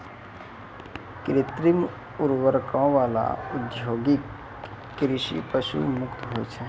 कृत्रिम उर्वरको वाला औद्योगिक कृषि पशु मुक्त होय छै